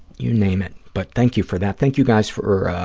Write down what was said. you name it. but thank you for that. thank you, guys, for